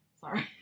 Sorry